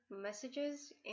messages